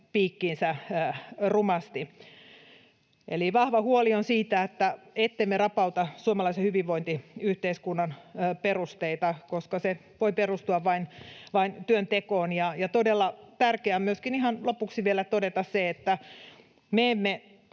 piikkiinsä rumasti. Eli vahva huoli on siitä, ettemme rapauta suomalaisen hyvinvointiyhteiskunnan perusteita, koska se voi perustua vain työntekoon. Ja todella tärkeää on ihan lopuksi vielä todeta myöskin se, että me emme